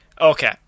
Okay